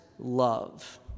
love